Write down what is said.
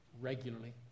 regularly